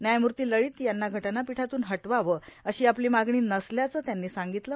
न्यायमूर्ती लळित यांना घटनापीठातून हटवावं अशी आपली मागणी नसल्याचं त्यांनी सांगितलं